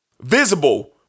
Visible